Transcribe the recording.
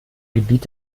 gebiet